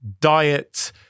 diet